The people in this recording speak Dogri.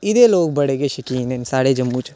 एह्दे लोक बड़े गै शकीन च न साढ़े जम्मू च